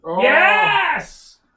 Yes